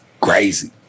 crazy